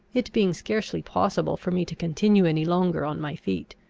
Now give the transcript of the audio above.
it being scarcely possible for me to continue any longer on my feet.